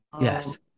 Yes